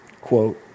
quote